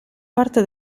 parte